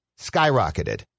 skyrocketed